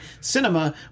cinema